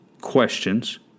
questions